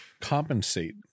compensate